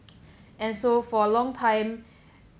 and so for a long time